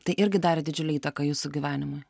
tai irgi darė didžiulę įtaką jūsų gyvenimui